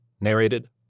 Narrated